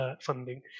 funding